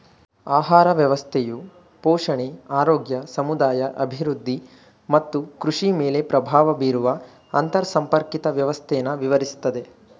ಆಹಾರ ವ್ಯವಸ್ಥೆಯು ಪೋಷಣೆ ಆರೋಗ್ಯ ಸಮುದಾಯ ಅಭಿವೃದ್ಧಿ ಮತ್ತು ಕೃಷಿಮೇಲೆ ಪ್ರಭಾವ ಬೀರುವ ಅಂತರ್ಸಂಪರ್ಕಿತ ವ್ಯವಸ್ಥೆನ ವಿವರಿಸ್ತದೆ